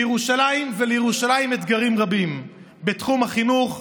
לירושלים אתגרים רבים בתחום החינוך,